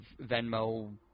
Venmo